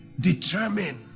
determine